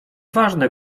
ważne